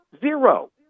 Zero